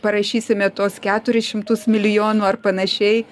parašysime tuos keturis šimtus milijonų ar panašiai